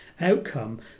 outcome